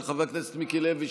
של חבר הכנסת מיקי לוי,